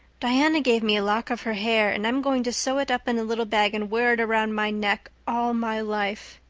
diana gave me a lock of her hair and i'm going to sew it up in a little bag and wear it around my neck all my life.